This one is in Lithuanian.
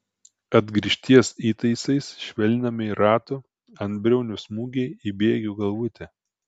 atgrįžties įtaisais švelninami rato antbriaunio smūgiai į bėgio galvutę